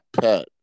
pet